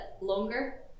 longer